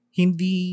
hindi